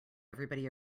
everybody